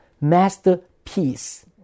masterpiece